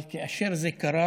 אבל כאשר זה קרה